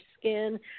skin